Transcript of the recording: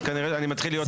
אני מתחיל להיות מודאג.